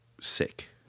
sick